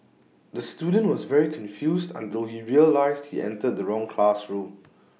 the student was very confused until he realised he entered the wrong classroom